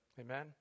amen